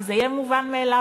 כי זה יהיה מובן מאליו,